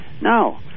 no